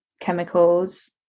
chemicals